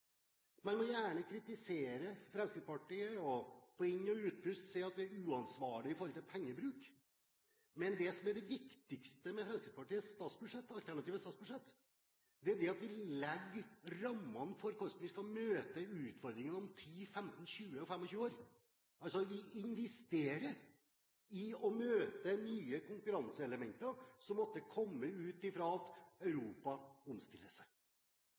Man må gjerne kritisere Fremskrittspartiet og på inn- og utpust si at vi er uansvarlige i forhold til pengebruk, men det som er det viktigste med Fremskrittspartiets alternative statsbudsjett, er at vi legger rammene for hvordan vi skal møte utfordringene om 10, 15, 20 og 25 år – altså, vi investerer i å møte nye konkurranseelementer som måtte komme av at Europa omstiller seg.